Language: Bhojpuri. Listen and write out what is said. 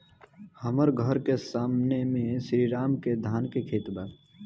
हमर घर के सामने में श्री राम के धान के खेत बा